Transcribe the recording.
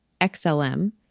XLM